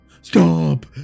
Stop